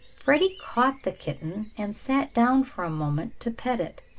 freddie caught the kitten and sat down for a moment to pet it.